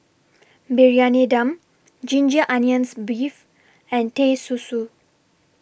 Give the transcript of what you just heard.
Briyani Dum Ginger Onions Beef and Teh Susu